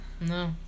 No